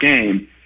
game